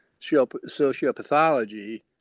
sociopathology